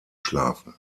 schlafen